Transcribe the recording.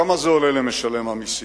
כמה זה עולה למשלם המסים?